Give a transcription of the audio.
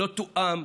לא תואם,